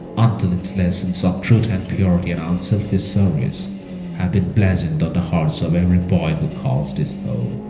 until its lessons of truth and purity and unselfish service have been blazoned on the hearts of every boy who calls this home.